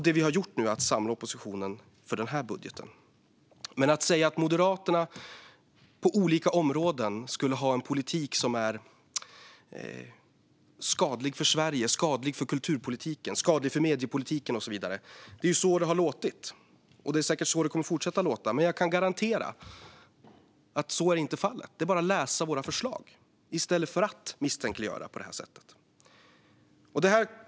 Det vi har gjort nu är att samla oppositionen för den här budgeten. Ni säger att Moderaterna på olika områden skulle ha en politik som är skadlig för Sverige, skadlig för kulturen, skadlig för medierna och så vidare. Det är så det har låtit, och det är säkert så det kommer att fortsätta att låta. Men jag kan garantera att så är inte fallet. Det är bara att läsa våra förslag i stället för att misstänkliggöra på det här sättet.